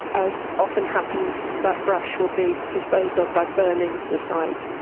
as often happens that brush will be disposed of by burning the site.